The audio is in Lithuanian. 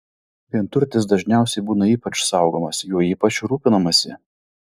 vienturtis dažniausiai būna ypač saugomas juo ypač rūpinamasi